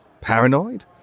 Paranoid